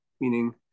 meaning